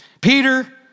Peter